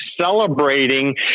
celebrating